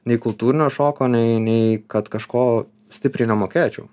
nei kultūrinio šoko nei nei kad kažko stipriai nemokėčiau